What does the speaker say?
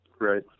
Right